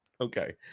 Okay